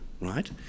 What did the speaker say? right